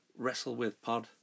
WrestleWithPod